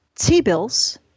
T-bills